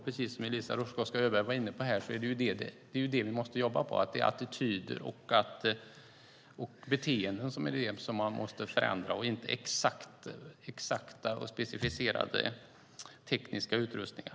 Precis som Eliza Roszkowska Öberg var inne på är det detta vi måste jobba på. Det är attityder och beteenden som man måste förändra. Det handlar inte om exakta och specificerade tekniska utrustningar.